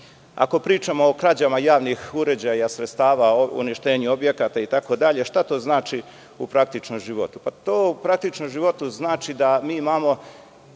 ako pričamo o krađama javnih uređaja, sredstava, o uništenju objekata itd, šta to znači u praktičnom životu? To u praktičnom životu znači da mi imamo